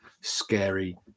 scary